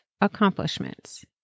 accomplishments